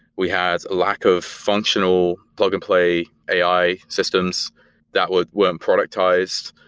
we had a lack of functional plug and play ai systems that were were productized.